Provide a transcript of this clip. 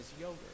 yogurt